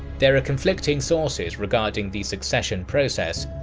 there are conflicting sources regarding the succession process,